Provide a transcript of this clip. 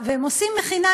והם עושים מכינה,